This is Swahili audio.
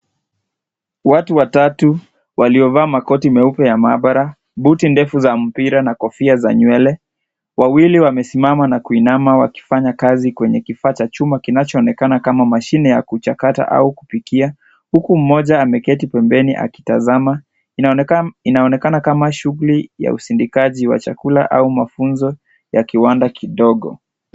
Watu watatu waliovaa makoti meupe ya mahabara, buti ndefu za mpira na kofia za nywele, wawili wamesimama na kuinama wakifanya kazi kwenye kifaa cha chuma kinachoonekana kama mashine cha kuchakata au kupikia huku mmoja ameketi pembeni akitazama, inaonekana kama shughuli ya usindikaji wa chakula au mafunzo ya kiwanda kidogo.